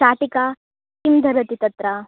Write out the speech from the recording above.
शाटिकां किं धरति तत्र